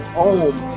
home